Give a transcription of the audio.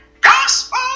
gospel